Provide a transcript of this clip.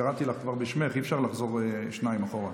קראתי לך כבר בשמך, אי-אפשר לחזור שניים אחורה.